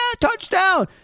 touchdown